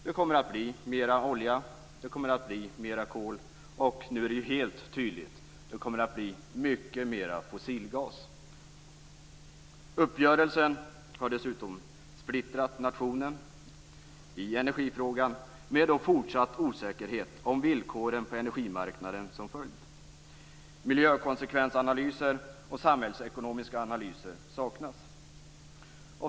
Det kommer att bli mer olja, det kommer att bli mer kol, och nu är det helt tydligt att det kommer att bli mycket mer fossilgas. Uppgörelsen har dessutom splittrat nationen i energifrågan, med fortsatt osäkerhet om villkoren på energimarknaden som följd. Miljökonsekvensanalyser och samhällsekonomiska analyser saknas.